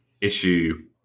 issue